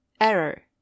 Error